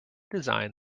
design